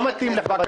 לא נכון.